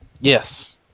Yes